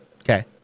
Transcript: Okay